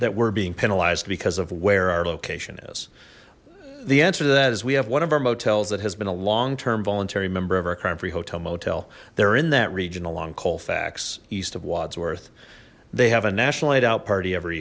that we're being penalized because of where our location is the answer to that is we have one of our motels that has been a long term voluntary member of our crime free hotel motel there in that region along colfax east of wodsworth they have a national night out party every